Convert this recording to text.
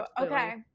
Okay